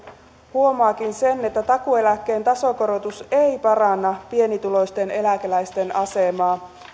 huomaakin että takuueläkkeen tasokorotus ei paranna pienituloisten eläkeläisten asemaa